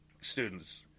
students